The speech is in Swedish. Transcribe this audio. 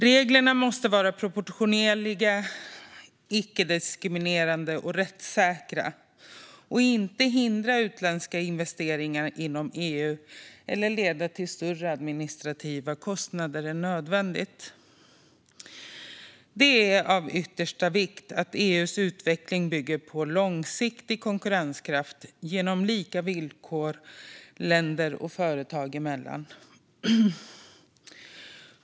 Reglerna måste vara proportionerliga, icke-diskriminerande och rättssäkra samt inte hindra utländska investeringar inom EU eller leda till större administrativa kostnader än nödvändigt. Det är av yttersta vikt att EU:s utveckling bygger på långsiktig konkurrenskraft genom lika villkor länder och företag emellan.